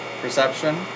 perception